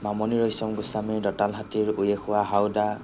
মামণি ৰয়চম গোস্বামীৰ দঁতাল হাতীৰ উঁয়ে খোৱা হাওদা